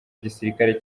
gisirikari